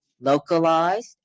localized